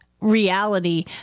reality